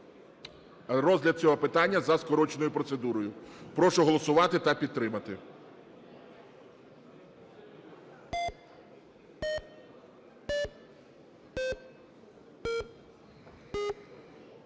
розгляд цього питання за скороченою процедурою. Прошу голосувати та підтримати.